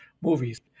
movies